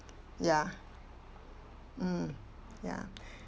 ya mm ya